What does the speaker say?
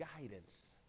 guidance